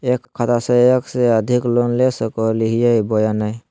एक खाता से एक से अधिक लोन ले सको हियय बोया नय?